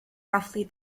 roughly